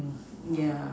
yeah